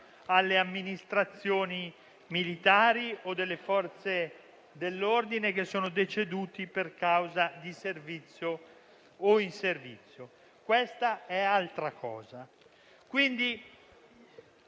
alle amministrazioni militari o delle Forze dell'ordine deceduti per causa di servizio o in servizio. Questa è altra cosa.